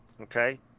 okay